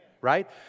Right